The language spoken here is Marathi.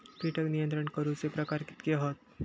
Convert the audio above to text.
कीटक नियंत्रण करूचे प्रकार कितके हत?